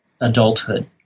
adulthood